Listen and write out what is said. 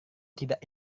tidak